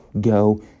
go